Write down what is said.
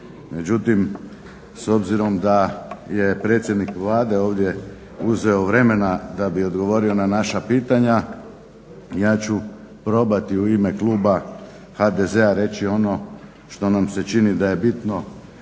Međutim, s obzirom da je predsjednik Vlade ovdje uzeo vremena da bi odgovorio na naša pitanja ja ću probati u ime kluba HDZ-a reći ono što nam se čini da je bitno